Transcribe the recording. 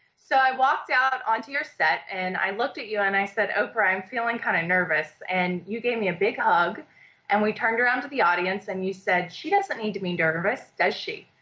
so i walked out onto your set and i looked at you and said, oprah, i'm feeling kind of nervous. and you gave me a big hug and we turned around to the audience and you said, she doesn't need to be nervous, does she?